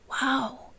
Wow